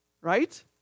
Right